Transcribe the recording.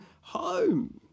home